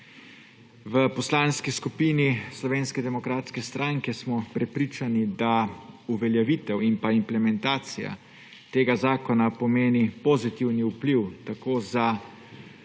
V Poslanski skupini Slovenske demokratske stranke smo prepričani, da uveljavitev in pa implementacija tega zakona pomeni pozitivni vpliv tako za